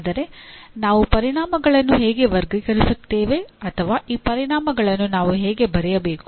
ಆದರೆ ನಾವು ಪರಿಣಾಮಗಳನ್ನು ಹೇಗೆ ವರ್ಗೀಕರಿಸುತ್ತೇವೆ ಅಥವಾ ಈ ಪರಿಣಾಮಗಳನ್ನು ನಾವು ಹೇಗೆ ಬರೆಯಬೇಕು